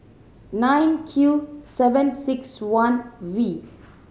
nine Q seven six one V